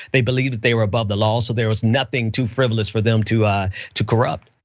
they believe that they were above the law. so there was nothing too frivolous for them to ah to corrupt.